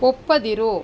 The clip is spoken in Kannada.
ಒಪ್ಪದಿರು